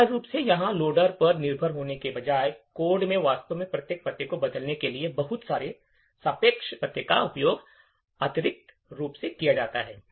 अनिवार्य रूप से यहां लोडर पर निर्भर होने के बजाय कोड में वास्तव में प्रत्येक पते को बदलने के लिए बहुत सारे सापेक्ष पते का उपयोग अतिरिक्त रूप से किया जाता है